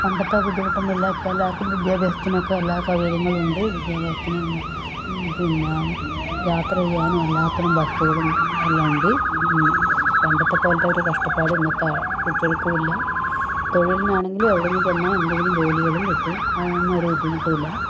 പണ്ടത്തെ ബുദ്ധിമുട്ടൊന്നുമില്ല ഇപ്പം എല്ലാവർക്കും വിദ്യാഭ്യാസത്തിനൊക്കെ എല്ലാ സൗകര്യങ്ങളും ഉണ്ട് വിദ്യാഭ്യാസത്തിനും പിന്നെ യാത്ര ചെയ്യാനും എല്ലാത്തിനും ബസ്സുകളും എല്ലാം ഉണ്ട് പണ്ടത്തെപ്പോലത്തൊരു കഷ്ടപ്പാട് ഇന്നത്തെ കുട്ടികൾക്കും ഇല്ല തൊഴിലിനാണെങ്കിലും എവിടെയെങ്കിലും ചെന്നാൽ എന്തെങ്കിലും ജോലികളും കിട്ടും അതിനൊന്നൊരു ബുദ്ധിമുട്ടുമില്ല